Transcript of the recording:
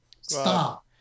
stop